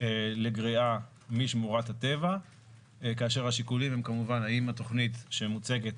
לגריעה משמורת הטבע כאשר השיקולים הם כמובן האם התכנית שמוצגת